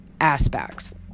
aspects